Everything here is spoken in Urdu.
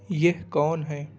یہ کون ہیں